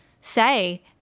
say